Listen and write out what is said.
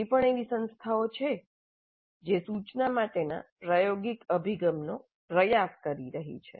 હજી પણ એવી સંસ્થાઓ છે જે સૂચના માટેના પ્રાયોગિક અભિગમનો પ્રયાસ કરી રહી છે